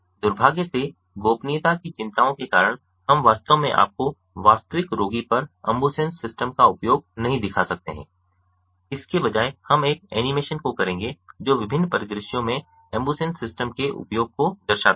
दुर्भाग्य से गोपनीयता की चिंताओं के कारण हम वास्तव में आपको वास्तविक रोगी पर एंबुसेन्स सिस्टम का उपयोग नहीं दिखा सकते हैं इसके बजाय हम एक एनीमेशन को करेंगे जो विभिन्न परिदृश्यों में एंबुसेन्स सिस्टम के उपयोग को दर्शाता है